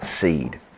seed